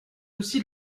aussi